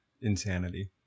insanity